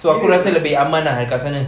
so aku rasa lebih aman ah kat sana